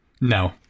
no